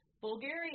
Bulgaria